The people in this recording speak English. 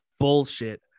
Bullshit